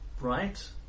right